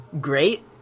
great